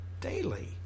daily